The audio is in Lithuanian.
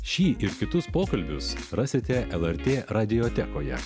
šį ir kitus pokalbius rasite lrt radiotekoje